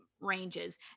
Ranges